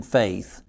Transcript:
faith